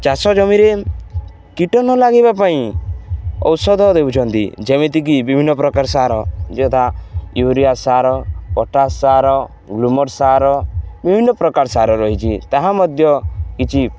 ଚାଷ ଜମିରେ କୀଟ ନ ଲାଗିବା ପାଇଁ ଔଷଧ ଦେଉଛନ୍ତି ଯେମିତିକି ବିଭିନ୍ନ ପ୍ରକାର ସାର ଯଥା ୟୁରିଆ ସାର ପଟାସ୍ ସାର ଗ୍ଲୁମର ସାର ବିଭିନ୍ନ ପ୍ରକାର ସାର ରହିଛି ତାହା ମଧ୍ୟ କିଛି